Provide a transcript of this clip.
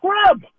scrub